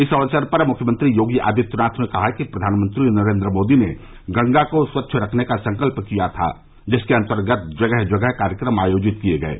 इस अवसर पर मुख्यमंत्री योगी आदित्यनाथ ने कहा कि प्रधानमंत्री नरेंद्र मोदी ने गंगा को स्वच्छ रखने का संकल्प किया था जिसके अंतर्गत जगह जगह कार्यक्रम आयोजित किये गये